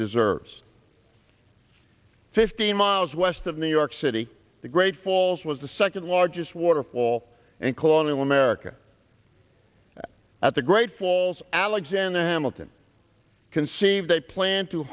deserves fifty miles west of new york city the great falls was the second largest waterfall and colonial america at the great falls alexander hamilton conceived a plan to